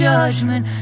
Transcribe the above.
Judgment